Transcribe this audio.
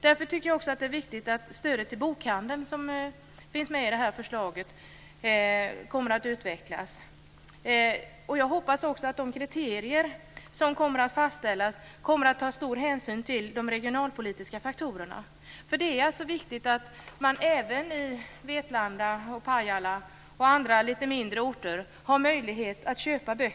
Därför tycker jag också att det är viktigt att stödet till bokhandeln, som finns med i det här förslaget, kommer att utvecklas. Jag hoppas också att de kriterier som kommer att fastställas kommer att ta stor hänsyn till de regionalpolitiska faktorerna. För det är viktigt att man även i Vetlanda och Pajala och andra litet mindre orter har möjlighet att köpa böcker.